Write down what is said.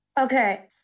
Okay